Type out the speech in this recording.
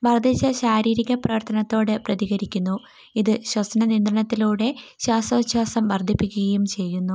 വർദ്ധിച്ച ശാരീരീരിക പ്രവർത്തനത്തോട് പ്രതികരിക്കുന്നു ഇത് ശ്വസന നിയന്ത്രണത്തിലൂടെ ശ്വാസോച്ഛാസം വർദ്ധിപ്പിക്കുകയും ചെയ്യുന്നു